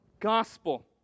gospel